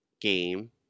game